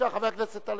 בבקשה, חבר הכנסת טלב